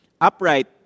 upright